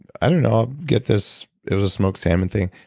i don't know. get this. it was a smoked salmon thing.